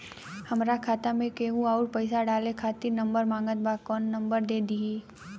हमार खाता मे केहु आउर पैसा डाले खातिर नंबर मांगत् बा कौन नंबर दे दिही?